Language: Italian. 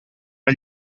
tra